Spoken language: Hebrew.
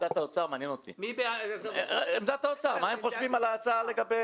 מעניין אותי מה הם חושבים על ההצעה